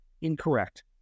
Incorrect